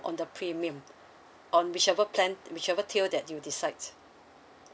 on the premium on whichever plan whichever tier that you decides